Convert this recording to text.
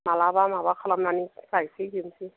माब्लाबा माबा खालामनानै गायफैजोबनिसै